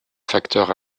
facteur